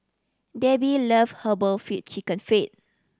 Debbi love herbal feet Chicken Feet